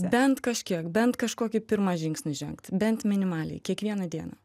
bent kažkiek bent kažkokį pirmą žingsnį žengt bent minimaliai kiekvieną dieną